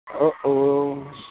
Uh-oh